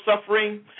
suffering